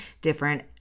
different